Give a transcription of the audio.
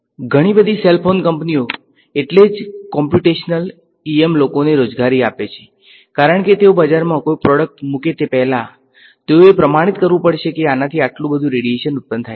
ઘણી બધી cell phone કંપનીઓ એટલે જ કોમ્પ્યુટેશનલ ઈએમ લોકોને રોજગારી આપે છે કારણ કે તેઓ બજારમાં કોઈ પ્રોડક્ટ મૂકે તે પહેલા તેઓએ પ્રમાણિત કરવું પડશે કે આનાથી આટલુ બધુ રેડિયેશન ઉત્પન્ન થાય છે